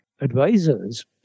advisors